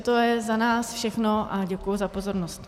To je za nás všechno a děkuji za pozornost.